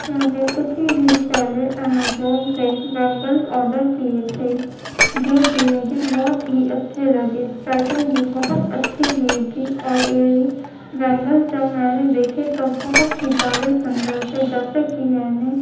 میں نے کچھ ہی دن پہلے امیزون سے بینگل آڈر کیے تھے جو کہ مجھے بہت ہی اچھے لگے پیکنگ بھی بہت اچھی ہوئی تھی اور یہ بھی بینگل جب میں نے دیکھے تو بہت ہی غالب اندر سے جیسے کہ میں نے